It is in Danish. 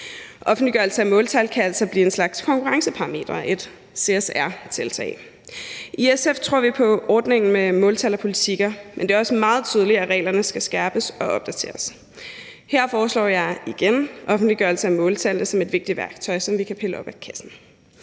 Offentliggørelse af måltal kan altså blive en slags konkurrenceparameter – et CSR-tiltag. I SF tror vi på ordningen med måltal og politikker, men det er også meget tydeligt, at reglerne skal skærpes og opdateres. Her foreslår jeg igen offentliggørelse af måltal som et vigtigt værktøj, som vi kan pille op af kassen.